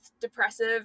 depressive